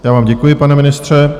Já vám děkuji, pane ministře.